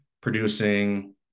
producing